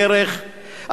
דרך,